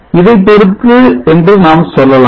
இதைப் பொறுத்து என்று நாம் சொல்லலாம்